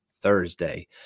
thursday